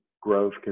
growth